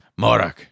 Morak